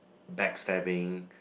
backstabbing